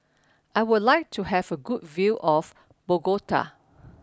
I would like to have a good view of Bogota